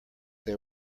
they